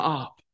up